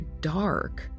dark